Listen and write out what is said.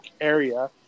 area